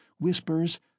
whispers